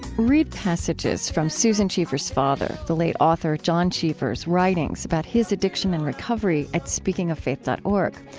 read passages from susan cheever's father, the late author john cheever's writings about his addiction and recovery at speakingoffaith dot org.